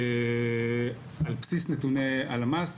על בסיס נתוני הלמ"ס.